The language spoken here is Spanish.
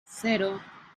cero